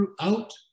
throughout